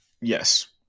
yes